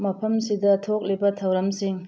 ꯃꯐꯝꯁꯤꯗ ꯊꯣꯛꯂꯤꯕ ꯊꯧꯔꯝꯁꯤꯡ